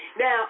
Now